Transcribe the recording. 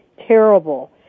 terrible